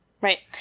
Right